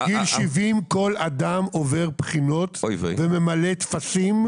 בגיל 70 כל אדם עובר בחינות וממלא טפסים.